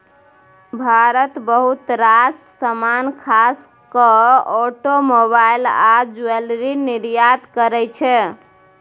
भारत बहुत रास समान खास केँ आटोमोबाइल आ ज्वैलरी निर्यात करय छै